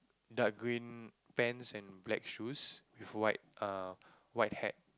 dark green pants and black shoes with white err white hat